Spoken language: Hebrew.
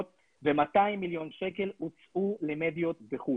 ו-200 מיליון שקל הוצאו למדיות בחו"ל.